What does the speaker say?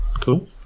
Cool